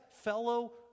fellow